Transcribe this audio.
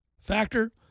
factor